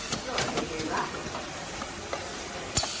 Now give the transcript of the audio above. you're a. j. raffles he said.